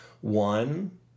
One